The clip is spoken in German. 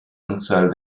anzahl